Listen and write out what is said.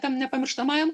tam nepamirštamajam